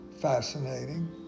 fascinating